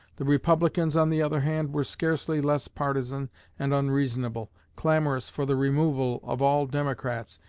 the republicans, on the other hand, were scarcely less partisan and unreasonable. clamorous for the removal of all democrats,